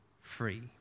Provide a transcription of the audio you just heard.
free